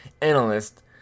analyst